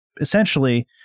essentially